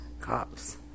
cops